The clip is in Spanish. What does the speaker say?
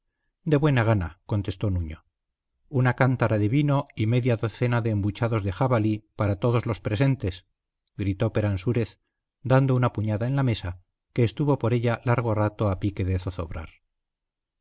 de buena gana contestó nuño una cántara de vino y media docena de embuchados de jabalí para todos los presentes gritó peransúrez dando una puñada en la mesa que estuvo por ella largo rato a pique de zozobrar